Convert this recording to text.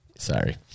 Sorry